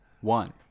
One